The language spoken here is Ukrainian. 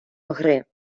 гри